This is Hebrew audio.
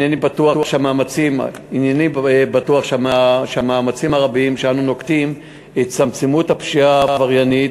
הנני בטוח שהמאמצים הרבים שאנו נוקטים יצמצמו את הפשיעה העבריינית,